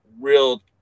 real